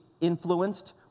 influenced